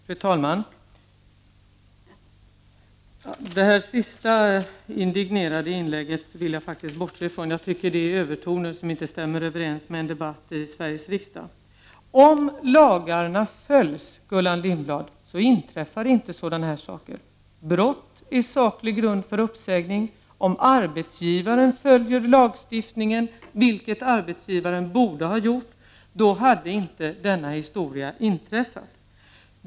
Fru talman! Det sista indignerade inlägget vill jag faktiskt bortse ifrån. Jag tycker det innehöll övertoner som inte stämmer överens med en debatt i Sveriges riksdag. Om lagarna följs, Gullan Lindblad, inträffar inte sådana här saker. Brott är saklig grund för uppsägning om arbetsgivaren följer lagstiftningen, vilket arbetsgivaren borde ha gjort. Då hade denna historia inte inträffat.